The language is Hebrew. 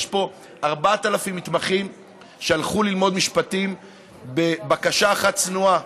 יש פה 4,000 מתמחים שהלכו ללמוד משפטים בבקשה אחת צנועה: